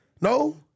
No